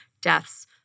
deaths